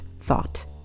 thought